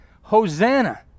Hosanna